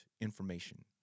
information